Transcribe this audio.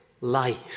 life